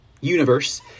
universe